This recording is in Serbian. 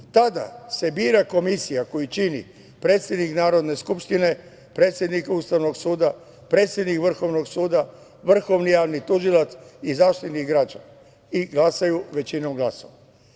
Tada se bira komisija koju čini predsednik Narodne skupštine, predsednik Ustavnog suda, predsednik Vrhovnog suda, Vrhovni javni tužilac i Zaštitnik građana i glasaju većinom glasova.